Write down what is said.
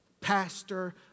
Pastor